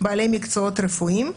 הם בעלי מקצועות רפואיים.